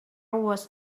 was